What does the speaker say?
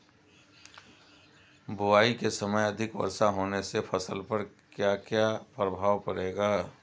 बुआई के समय अधिक वर्षा होने से फसल पर क्या क्या प्रभाव पड़ेगा?